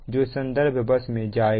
जो संदर्भ बस में जाएगा